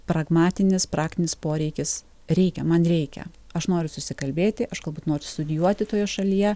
pragmatinis praktinis poreikis reikia man reikia aš noriu susikalbėti aš galbūt noriu studijuoti toje šalyje